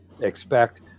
expect